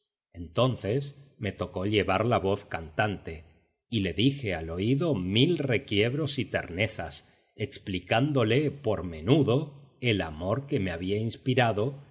entonces me tocó llevar la voz cantante y la dije al oído mil requiebros y ternezas explicándola por menudo el amor que me había inspirado